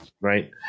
right